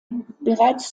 bereits